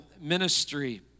ministry